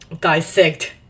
dissect